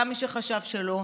גם למי שחשב שלא.